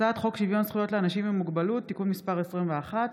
הצעת חוק שוויון זכויות לאנשים עם מוגבלות (תיקון מס' 21)